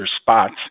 spots